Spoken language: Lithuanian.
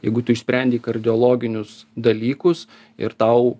jeigu tu išsprendei kardiologinius dalykus ir tau